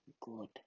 good